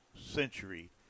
Century